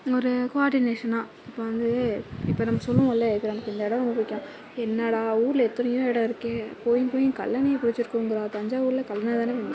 ஒரு குவார்டினேஷனாக இப்போ வந்து இப்போ நம்ம சொல்லுவோம்ல இப்போ நமக்கு இந்த இடம் ரொம்ப பிடிக்கும் என்னடா ஊரில் எத்தனையோ இடம் இருக்கே போயும் போயும் கல்லணையை புடிச்சிருக்குங்கிறா தஞ்சாவூரில் கல்லணை தானே பேமஸ்